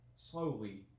slowly